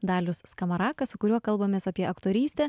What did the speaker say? dalius skamarakas su kuriuo kalbamės apie aktorystę